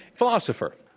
philosopher.